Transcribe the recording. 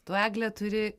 tu egle turi